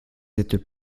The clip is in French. êtes